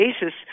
basis